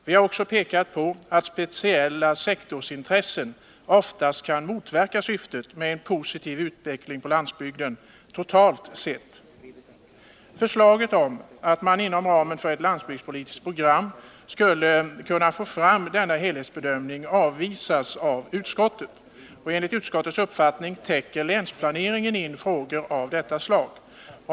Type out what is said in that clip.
Vi har också pekat på att speciella sektorsintressen oftast kan motverka syftet med en positiv utveckling på landsbygden totalt sett. Förslaget att man inom ramen för ett landsbygdspolitiskt program skulle kunna få fram denna helhetsbedömning avvisas av utskottet. Enligt utskottets uppfattning täcker länsplaneringen in frågor av detta slag.